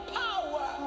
power